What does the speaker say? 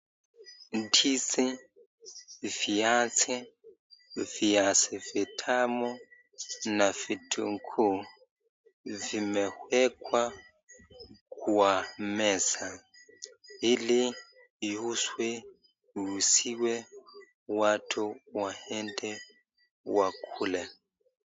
Ndizi, viazi, viazi vitamu na vitunguu vimewekwa kwa meza ili iuzwe, uuziwe, watu waende wakule.